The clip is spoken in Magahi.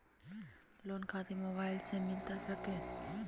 लोन खातिर मोबाइल से मिलता सके?